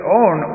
own